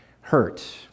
hurt